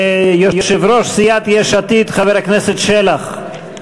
ויושב-ראש סיעת יש עתיד חבר הכנסת שלח,